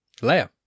Leia